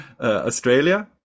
Australia